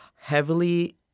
heavily